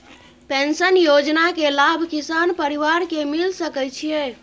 Pension योजना के लाभ किसान परिवार के मिल सके छिए?